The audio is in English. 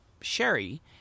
sherry